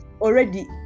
already